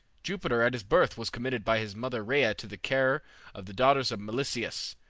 jupiter at his birth was committed by his mother rhea to the care of the daughters of melisseus,